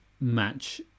match